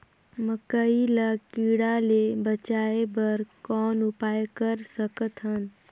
मकई ल कीड़ा ले बचाय बर कौन उपाय कर सकत हन?